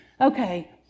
okay